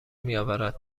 میآورد